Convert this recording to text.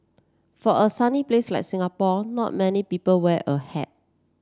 for a sunny place like Singapore not many people wear a hat